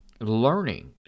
learning